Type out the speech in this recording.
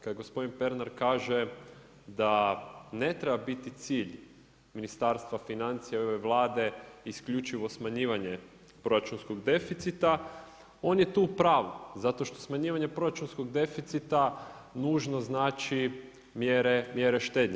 Kad gospodin Pernar kaže da ne treba biti cilj Ministarstva financija i ove Vlade isključivo smanjivanje proračunskog deficita on je tu u pravu, zato što smanjivanje proračunskog deficita nužno znači mjere štednje.